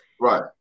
Right